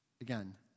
Again